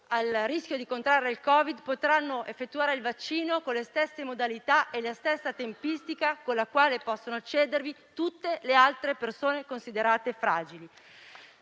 al rischio di contrarre il Covid potranno effettuare il vaccino con le stesse modalità e la stessa tempistica con la quale possono accedervi tutte le altre persone considerate fragili.